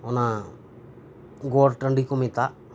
ᱚᱱᱟ ᱜᱚᱴ ᱴᱟᱺᱰᱤ ᱠᱚ ᱢᱮᱛᱟᱜ